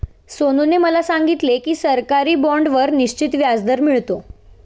सोनूने मला सांगितले की सरकारी बाँडवर निश्चित व्याजदर मिळतो